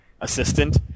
assistant